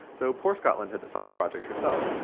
so, poor scotland had to fund the project herself.